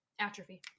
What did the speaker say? atrophy